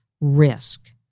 risk